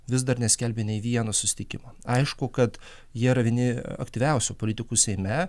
vis dar neskelbia nei vieno susitikimo aišku kad jie yra vieni aktyviausių politikų seime